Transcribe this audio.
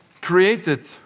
created